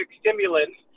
stimulants